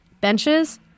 benches